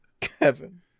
kevin